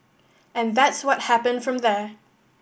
and that's what happened from there